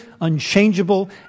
unchangeable